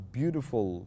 beautiful